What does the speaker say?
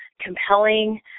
compelling